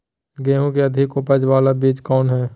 गेंहू की अधिक उपज बाला बीज कौन हैं?